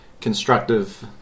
constructive